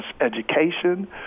education